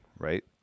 right